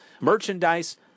merchandise